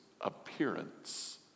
appearance